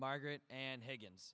margaret and higgins